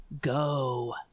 Go